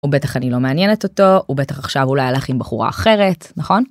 הוא בטח אני לא מעניינת אותו הוא בטח עכשיו אולי הלך עם בחורה אחרת נכון?